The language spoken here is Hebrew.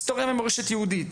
להיסטוריה ולמורשת יהודית.